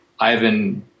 Ivan